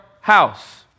house